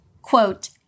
Quote